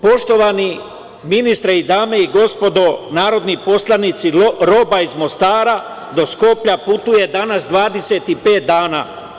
Poštovani ministre, dame i gospodo narodni poslanici, roba iz Mostara do Skoplja putuje danas 25 dana.